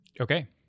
Okay